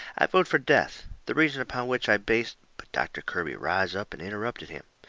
i vote for death. the reason upon which i base but doctor kirby riz up and interrupted him.